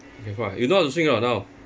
you know how to swim or not now